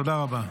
תודה רבה.